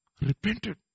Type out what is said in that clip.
repented